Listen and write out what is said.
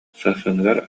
сарсыныгар